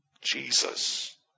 Jesus